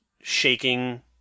shaking